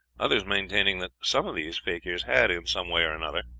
others maintaining that some of these fakirs had, in some way or another,